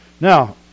Now